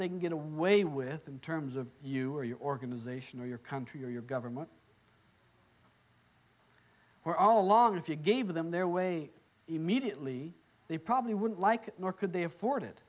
they can get away with in terms of you or your organization or your country or your government or all along if you gave them their way immediately they probably wouldn't like nor could they afford it